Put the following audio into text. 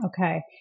Okay